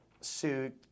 suit